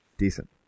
decent